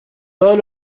todos